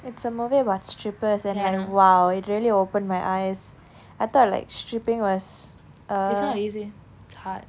it's a movie about strippers and like !wow! it really opened my eyes I thought like stripping was uh